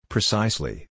Precisely